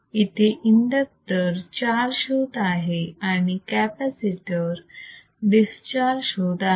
इथे inductor charge होत आहे आणि कॅपॅसिटर डिस्चार्ज होत आहे